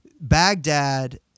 Baghdad